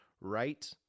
Right